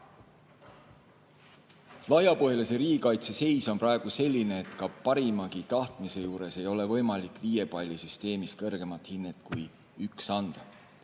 Laiapõhjalise riigikaitse seis on praegu selline, et ka parimagi tahtmise juures ei ole võimalik viie palli süsteemis anda kõrgemat hinnet kui "1". Midagi